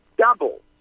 double